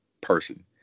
person